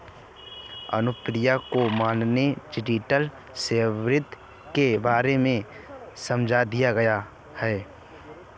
अनुप्रिया को मैंने digital service के बारे में समझा दिया है